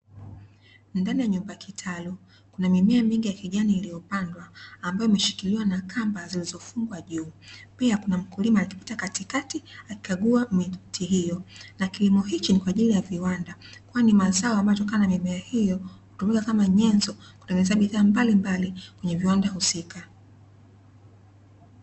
Ndani ya nyumba kitalu kuna mimea mingi ya kijani iliyopandwa, ambayo imeshikiliwa na kamba zilizofungwa juu, pia kuna mkulima akipita katikati akikagua miti hiyo na kilimo hicho ni kwa ajili ya viwanda kwani mazao, ambayo inatokana na mimea hio hutumika kama nyenzo kutengeneza bidhaa mbalimbali kwenye viwanda husika.